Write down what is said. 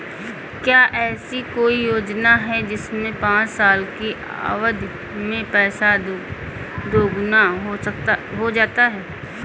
क्या ऐसी कोई योजना है जिसमें पाँच साल की अवधि में पैसा दोगुना हो जाता है?